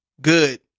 good